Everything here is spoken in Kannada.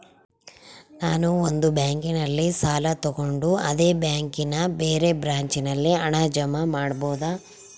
ನಾನು ಒಂದು ಬ್ಯಾಂಕಿನಲ್ಲಿ ಸಾಲ ತಗೊಂಡು ಅದೇ ಬ್ಯಾಂಕಿನ ಬೇರೆ ಬ್ರಾಂಚಿನಲ್ಲಿ ಹಣ ಜಮಾ ಮಾಡಬೋದ?